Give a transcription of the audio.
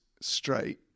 straight